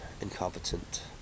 incompetent